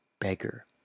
beggar